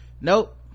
nope